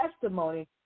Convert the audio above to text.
testimony